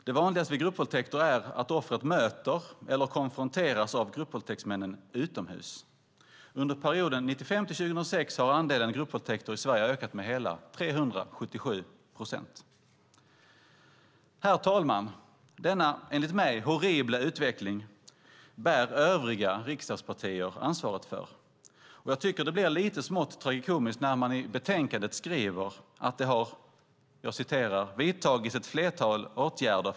Det vanligaste vid gruppvåldtäkter är att offret möter eller konfronteras av gruppvåldtäktsmännen utomhus. Under perioden 1995-2006 har andelen gruppvåldtäkter i Sverige ökat med hela 377 procent. Herr talman! Denna enligt mig horribla utveckling bär övriga riksdagspartier ansvaret för. Jag tycker att det blir lite smått tragikomiskt när man i betänkandet skriver att det har "vidtagits ett flertal åtgärder .